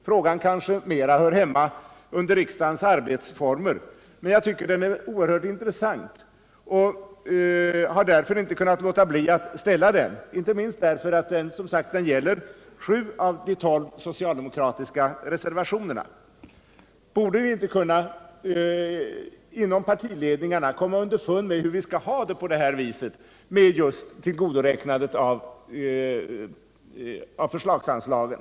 Frågan hör kanske mer samman med riksdagens arbetsformer, men jag tycker den är oerhört intressant och har därför inte kunnat låta bli att ställa den, inte minst därför att den gäller sju av de tolv socialdemokratiska reservationerna. Borde vi inte inom partiledningarna kunna komma underfund med hur vi skall ha det med tillgodoräknande av förslagsanslagen?